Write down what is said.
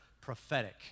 prophetic